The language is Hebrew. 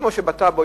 כמו שבטאבו,